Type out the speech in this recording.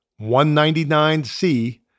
199C